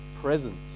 presence